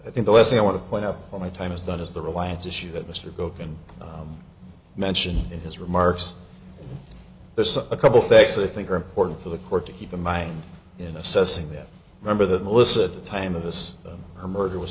i think the last thing i want to point out all my time is done is the reliance issue that mr goh can mention in his remarks there's a couple facts i think are important for the court to keep in mind in assessing this remember that melissa the time of this her murder was